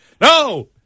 No